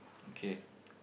okay